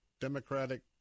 democratic